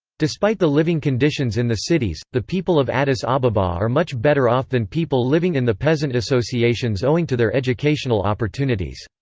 despite the living conditions in the cities, the people of addis ababa are much better off than people living in the peasant associations owing to their educational opportunities.